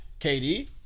KD